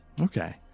Okay